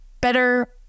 better